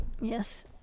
Yes